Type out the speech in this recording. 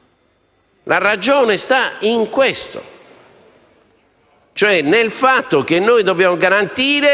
Gruppi sta proprio nel fatto che dobbiamo garantire -